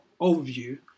overview